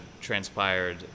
transpired